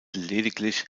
lediglich